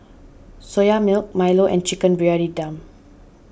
Soya Milk Milo and Chicken Briyani Dum